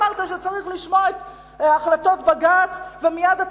אמרת שצריך לשמור את החלטות בג"ץ ומייד אתה